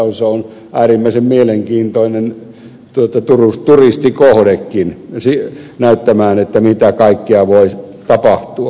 se on äärimmäisen mielenkiintoinen turistikohdekin näyttämään mitä kaikkea voi tapahtua